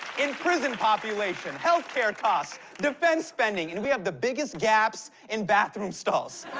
in prison population, healthcare costs, defense spending, and we have the biggest gaps in bathroom stalls.